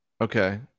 Okay